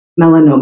melanoma